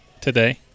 today